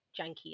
janky